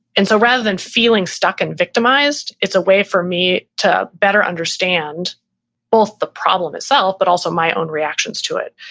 and so rather than feeling stuck and victimized, it's a way for me to better understand both problem itself, but also my own reactions to it